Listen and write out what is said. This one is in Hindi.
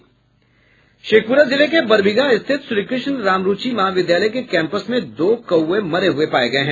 शेखपुरा जिले के बरबीघा स्थित श्रीकृष्ण रामरूचि महाविधालय के कैम्पस में दो कौअे मरे हए पाये गए हैं